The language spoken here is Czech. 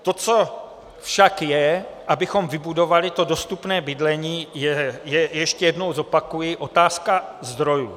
To, co však je, abychom budovali dostupné bydlení, je ještě jednou zopakuji otázka zdrojů.